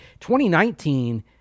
2019